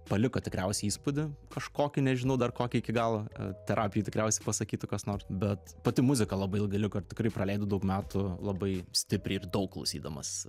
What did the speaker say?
paliko tikriausiai įspūdį kažkokį nežinau dar kokį iki galo terapijoj tikriausiai pasakytų kas nors bet pati muzika labai ilgai liko ir tikrai praleidau daug metų labai stipriai ir daug klausydamas